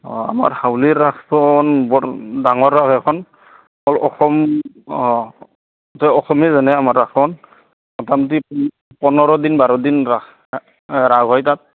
অঁ আমাৰ হাউলীৰ ৰাসখন বৰ ডাঙৰ ৰাস এইখন অল অসম অঁ গোটেই অসমেই জানে আমাৰ ৰাসখন পোন্ধৰ দিন বাৰদিন ৰাস ৰাস হয় তাত